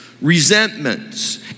resentments